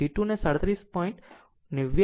106 અને C 2 ને 37